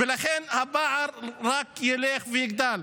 ולכן הפער רק ילך ויגדל.